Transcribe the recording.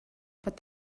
but